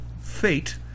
fate